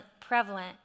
prevalent